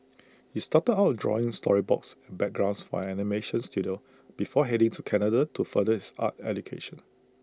he started out drawing storyboards and backgrounds for animation Studio before heading to Canada to further his art education